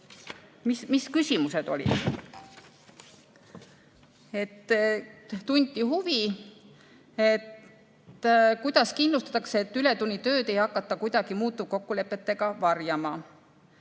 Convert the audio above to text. Mis küsimused olid? Tunti huvi, kuidas kindlustatakse, et ületunnitööd ei hakata kuidagi muutuvkokkulepetega varjama.